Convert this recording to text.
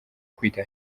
kwita